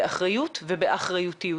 באחריות ובאחריותיות,